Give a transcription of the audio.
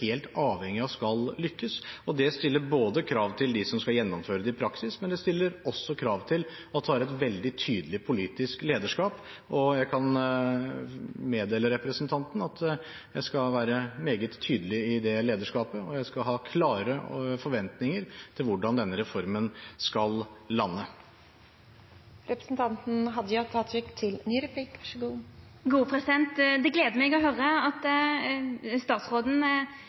helt avhengig av skal lykkes. Det stiller krav til dem som skal gjennomføre det i praksis, og det stilles også krav til at en har et veldig tydelig politisk lederskap. Og jeg kan meddele representanten at jeg skal være meget tydelig i det lederskapet, og jeg skal ha klare forventninger til hvordan denne reformen skal lande. Det gler meg å høyra at statsråden